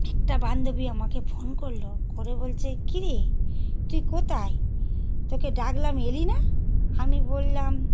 একটা বান্ধবী আমাকে ফোন করলো করে বলছে কিরে তুই কোথায় তোকে ডাকলাম এলি না আমি বললাম